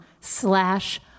slash